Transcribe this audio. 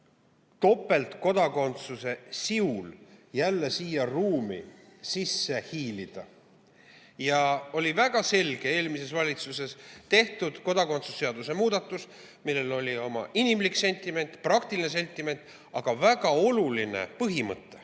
topeltkodakondsusel jälle siia ruumi sisse hiilida. Oli väga selge eelmises valitsuses tehtud kodakondsuse seaduse muudatus, millel oli oma inimlik sentiment, praktiline sentiment, aga põhimõte